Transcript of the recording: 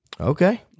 Okay